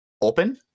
open